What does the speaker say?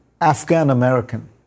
Afghan-American